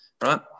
right